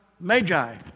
Magi